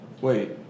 wait